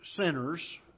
sinners